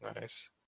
Nice